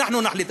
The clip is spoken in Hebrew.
אנחנו נחליט.